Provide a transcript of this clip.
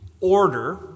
order